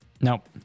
Nope